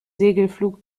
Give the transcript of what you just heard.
segelflug